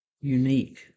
unique